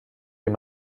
dem